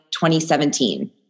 2017